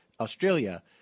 Australia